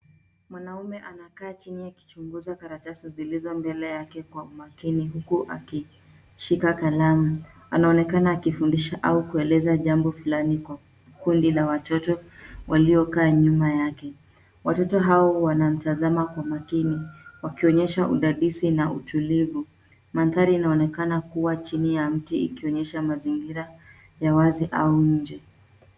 Mwanaume anakaa chini akichunguza karatasi zilizo mbele yake kwa umakini huku akishika kalamu. Anaonekana akifundisha au kueleza jambo fulani kwa kundi la watoto waliokaa nyuma yake. Watoto hao wanamtazama kwa makini wakionyesha udadisi na utulivu. Manthari inaonekana kuwa chini ya mti ikionyesha mazingira ya wazi au nje.